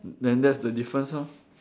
then that's the difference lor